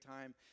time